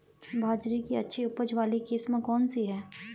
बाजरे की अच्छी उपज वाली किस्म कौनसी है?